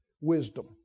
wisdom